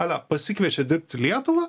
ale pasikviečia dirbt į lietuvą